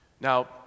Now